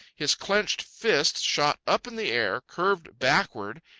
his clenched fist shot up in the air, curved backward,